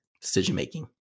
decision-making